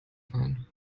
fahren